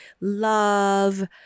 love